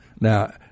Now